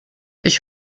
ich